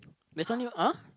there's only !huh!